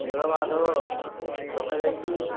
ନୀଳମାଧବ ରଖାଯାଇଛି